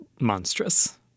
monstrous